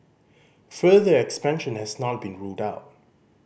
further expansion has not been ruled out